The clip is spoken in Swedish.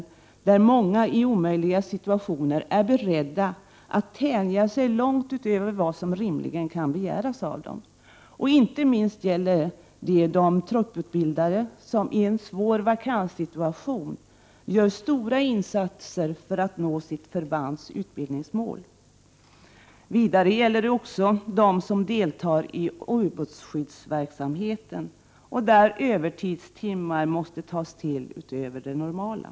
Många är beredda att i omöjliga situationer tänja sig långt utöver vad som rimligen kan begäras av dem. Detta gäller inte minst de trupputbildade som i en svår vakanssituation gör stora insatser för att nå sitt förbands utbildningsmål. Det gäller vidare också dem som deltar i ubåtsskyddsverksamheten, i vilken övertidstimmar måste tas till utöver det normala.